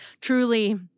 truly